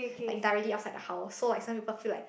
like directly outside the house so like some people feel like